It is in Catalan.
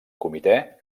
comitè